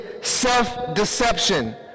self-deception